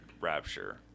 rapture